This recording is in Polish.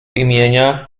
imienia